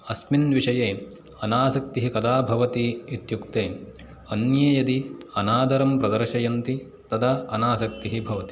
अस्मिन् विषये अनासक्तिः कदा भवति इत्युक्ते अन्ये यदि अनादरं प्रदर्शयन्ति तदा अनासक्तिः भवति